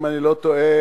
אם אני לא טועה,